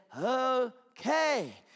okay